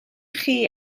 chi